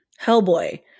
Hellboy